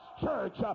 church